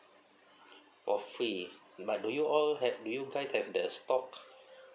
oh free but do you all have do you guys have the stock